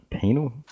Penal